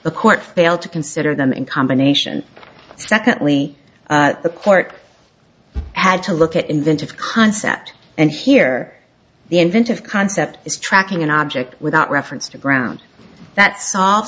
the court failed to consider them in combination secondly the court had to look at inventive concept and here the inventor of concept is tracking an object without reference to ground that